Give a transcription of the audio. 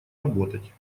работать